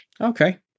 Okay